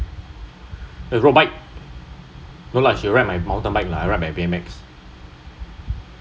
road bike no lah she ride my mountain bike lah I ride my B_M_X